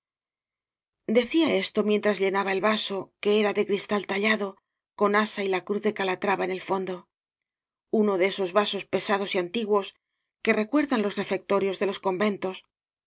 decía esto mientras llenava el vaso que era de cristal tallado con asa y la cruz de calatrava en el fondo uno de esos vasos pesados y antiguos que recuerdan los leictorios de los conventos